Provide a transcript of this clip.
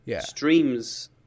streams